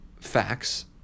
Facts